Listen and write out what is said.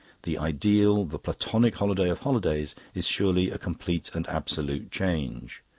the ideal, the platonic holiday of holidays is surely a complete and absolute change.